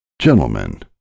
gentlemen